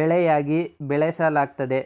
ಬೆಳೆಯಾಗಿ ಬೆಳೆಸಲಾಗ್ತದೆ